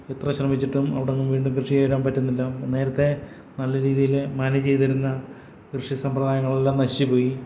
എത്ര ശ്രമിച്ചിട്ടും അവിടെയൊന്നും വീണ്ടും കൃഷിയിടാൻ പറ്റുന്നില്ല നേരത്തേ നല്ലരീതിയിൽ മാനേജ് ചെയ്തിരുന്ന കൃഷി സമ്പ്രദായങ്ങളെല്ലാം നശിച്ചുപോയി